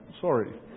sorry